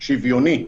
שוויוני,